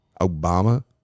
Obama